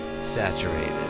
saturated